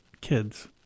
kids